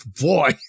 boy